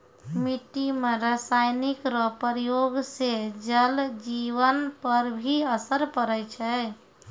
मिट्टी मे रासायनिक रो प्रयोग से जल जिवन पर भी असर पड़ै छै